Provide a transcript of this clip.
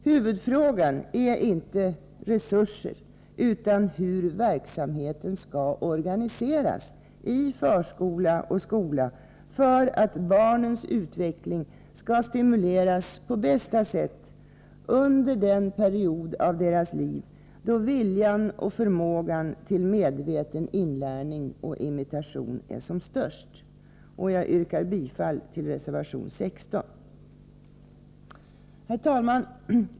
Huvudfrågan är inte resurser utan hur verksamheten skall organiseras i förskola och skola för att barnens utveckling skall stimuleras på bästa sätt under den period av deras liv då viljan och förmågan till medveten inlärning och imitation är som störst. Jag yrkar bifall till reservation 16. Herr talman!